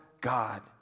God